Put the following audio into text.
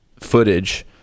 footage